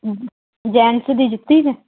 gents ਦੀ ਜੁੱਤੀ 'ਚ